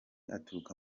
aturuka